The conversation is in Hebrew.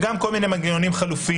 וגם כל מיני מנגנונים חלופיים.